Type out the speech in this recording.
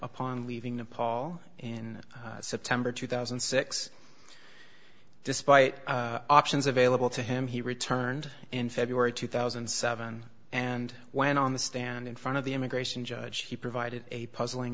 upon leaving nepal in september two thousand and six despite options available to him he returned in february two thousand and seven and went on the stand in front of the immigration judge he provided a puzzling